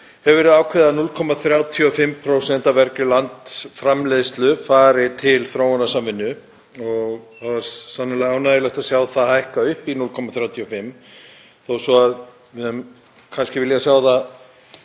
hefur verið ákveðið að 0,35% af vergri landsframleiðslu fari til þróunarsamvinnu. Það er sannarlega ánægjulegt að sjá það hækkað upp í 0,35 þó svo að við hefðum kannski viljað sjá það